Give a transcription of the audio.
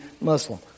Muslim